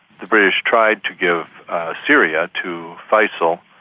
the british tried to give syria to faisal,